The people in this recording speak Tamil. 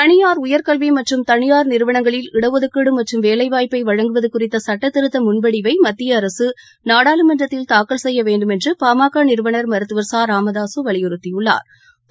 தனியார் உயர்கல்வி மற்றும் தனியார் நிறுவனங்களில் இடஒதுக்கீடு மற்றும் வேலைவாய்ப்பை வழங்குவது குறித்த சட்டத்திருத்த முன்வடிவை மத்திய அரசு நாடாளுமன்றத்தில் தாக்கல் செய்ய வேண்டுமென்று பாமக நிறுவனர் மருத்துவர் ச ராமதாசு வலியுறுத்தியுள்ளா்